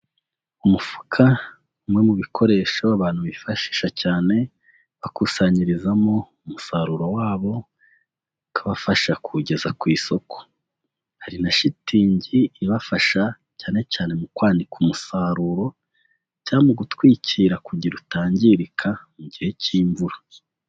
Umufuka umwe mu bikoresho abantu bifashisha cyane bakusanyirizamo umusaruro wabo, ukabafasha kuwugeza ku isoko, hari na shitingi ibafasha cyane cyane mu kwanika umusaruro cyangwa mu gutwikira kugira utangirika mu gihe cy'imvura.